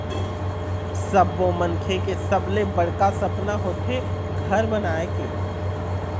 सब्बो मनखे के सबले बड़का सपना होथे घर बनाए के